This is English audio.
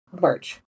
merch